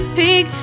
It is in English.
pig